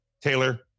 Taylor